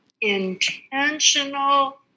intentional